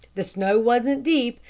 the snow wasn't deep,